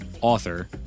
author